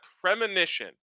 premonition